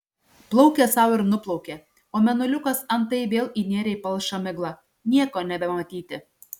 plaukė sau ir nuplaukė o mėnuliukas antai vėl įnėrė į palšą miglą nieko nebematyti